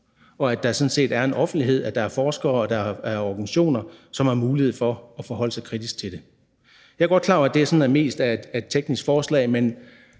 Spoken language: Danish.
og der sådan set er en offentlighed og der er forskere og der er organisationer, som har mulighed for at forholde sig kritisk til det. Jeg er godt klar over, at det her sådan mest er et teknisk forslag,